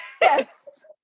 Yes